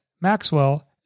Maxwell